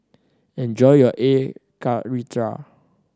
enjoy your Air Karthira